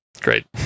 great